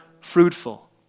fruitful